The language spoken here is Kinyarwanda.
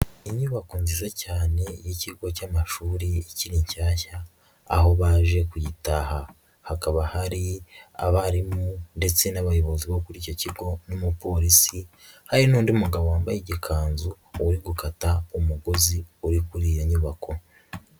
Inyubako nziza cyane y'ikigo cy'amashuri ikiri nshyashya, aho baje kuyitaha, hakaba hari abarimu ndetse n'abayobozi bo kuri icyo kigo n'umupolisi, hari n'undi mugabo wambaye igikanzu uri gukata umugozi uri kuri iyo nyubako.